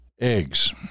Eggs